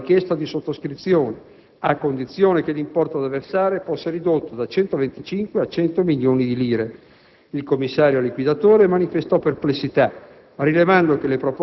fu avanzata la richiesta di sottoscrizione a condizione che l'importo da versare fosse ridotto da 125 a 100 milioni di lire. Il commissario liquidatore manifestò perplessità